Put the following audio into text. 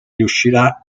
riuscirà